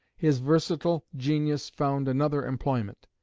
his versatile genius found another employment.